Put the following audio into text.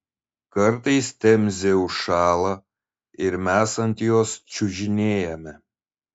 kartais temzė užšąla ir mes ant jos čiužinėjame